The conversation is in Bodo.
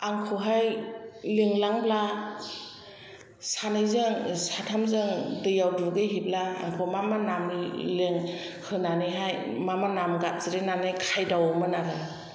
आंखौहाय लिंलांब्ला सानैजों साथामजों दैआव दुगैहैब्ला आंखौ मा मा नाम होनानैहाय मा मा नाम गाबज्रिनानै खायदावोमोन आरो